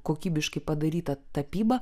kokybiškai padaryta tapyba